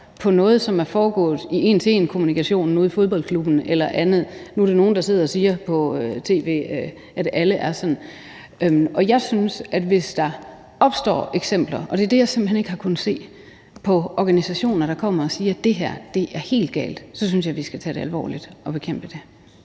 på noget, som er foregået i en til en-kommunikationen ude i fodboldklubben eller andre steder; det er nogle, der sidder på tv og siger, at alle er sådan. Jeg synes, at hvis der opstår eksempler – og det er det, jeg simpelt hen ikke har kunnet se – på organisationer, der kommer og siger, at det her er helt galt, så skal vi tage det alvorligt og bekæmpe det.